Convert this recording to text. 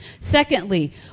Secondly